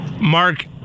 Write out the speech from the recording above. Mark